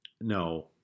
No